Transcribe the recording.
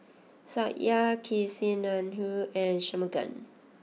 Satya Kasinadhuni and Shunmugam